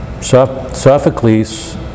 Sophocles